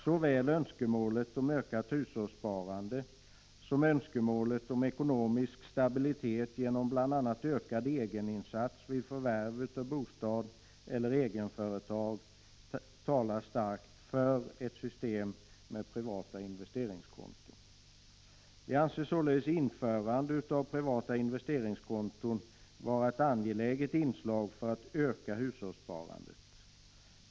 Såväl önskemålet om ökat hushållssparande som önskemålet om ekonomisk stabilitet genom bl.a. ökad egeninsats vid förvärv av bostad eller egenföretag talar starkt för ett system med privata investeringskonton. Vi anser således införandet av privata investeringskonton vara ett angeläget inslag för att öka hushållssparandet.